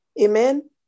Amen